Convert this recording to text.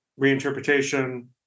reinterpretation